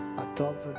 atop